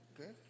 okay